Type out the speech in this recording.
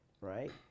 right